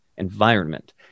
environment